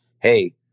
Hey